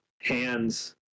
hands